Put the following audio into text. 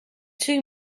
two